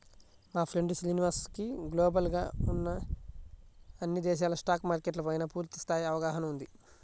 మా ఫ్రెండు శ్రీనివాస్ కి గ్లోబల్ గా ఉన్న అన్ని దేశాల స్టాక్ మార్కెట్ల పైనా పూర్తి స్థాయి అవగాహన ఉంది